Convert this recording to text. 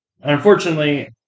Unfortunately